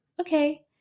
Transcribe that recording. Okay